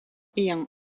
ayant